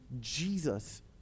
Jesus